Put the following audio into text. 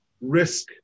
risk